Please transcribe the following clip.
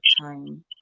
time